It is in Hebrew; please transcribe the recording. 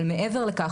אבל מעבר לכך,